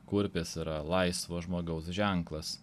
kurpės yra laisvo žmogaus ženklas